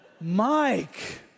Mike